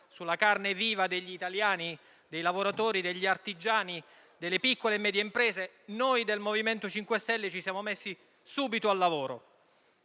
sulla carne viva degli italiani, dei lavoratori, degli artigiani, delle piccole e medie imprese, noi del MoVimento 5 Stelle ci siamo messi subito al lavoro.